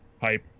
hype